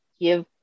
give